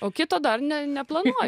o kitą dar ne neplanuoju